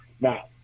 Now